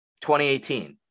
2018